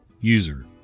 User